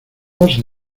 dos